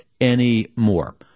anymore